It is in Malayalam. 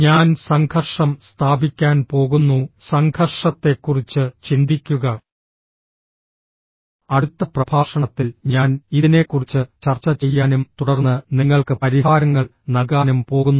ഞാൻ സംഘർഷം സ്ഥാപിക്കാൻ പോകുന്നു സംഘർഷത്തെക്കുറിച്ച് ചിന്തിക്കുക അടുത്ത പ്രഭാഷണത്തിൽ ഞാൻ ഇതിനെക്കുറിച്ച് ചർച്ച ചെയ്യാനും തുടർന്ന് നിങ്ങൾക്ക് പരിഹാരങ്ങൾ നൽകാനും പോകുന്നു